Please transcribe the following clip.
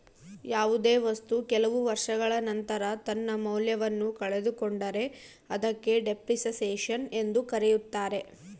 ಯಾವುದೇ ವಸ್ತು ಕೆಲವು ವರ್ಷಗಳ ನಂತರ ತನ್ನ ಮೌಲ್ಯವನ್ನು ಕಳೆದುಕೊಂಡರೆ ಅದಕ್ಕೆ ಡೆಪ್ರಿಸಸೇಷನ್ ಎಂದು ಕರೆಯುತ್ತಾರೆ